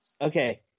okay